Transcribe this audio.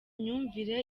imyumvire